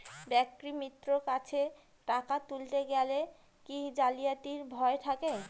ব্যাঙ্কিমিত্র কাছে টাকা তুলতে গেলে কি জালিয়াতির ভয় থাকে?